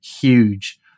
huge